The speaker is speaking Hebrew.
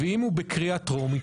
ואם הוא בקריאה טרומית,